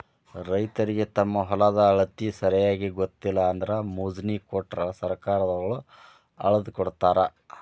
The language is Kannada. ರೈತರಿಗೆ ತಮ್ಮ ಹೊಲದ ಅಳತಿ ಸರಿಯಾಗಿ ಗೊತ್ತಿಲ್ಲ ಅಂದ್ರ ಮೊಜ್ನಿ ಕೊಟ್ರ ಸರ್ಕಾರದವ್ರ ಅಳ್ದಕೊಡತಾರ